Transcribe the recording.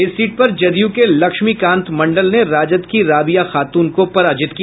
इस सीट पर जदयू के लक्ष्मीकांत मंडल ने राजद की राबिया खातून को पराजित किया